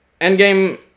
Endgame